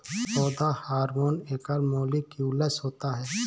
पौधा हार्मोन एकल मौलिक्यूलस होता है